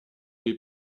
est